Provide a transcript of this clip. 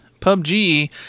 PUBG